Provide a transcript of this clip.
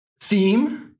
Theme